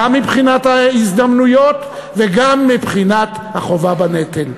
גם מבחינת ההזדמנויות, וגם מבחינת החובה בנטל.